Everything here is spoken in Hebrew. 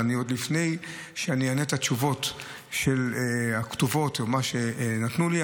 ועוד לפני שאני אענה את התשובות הכתובות שנתנו לי,